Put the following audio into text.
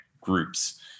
groups